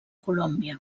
colòmbia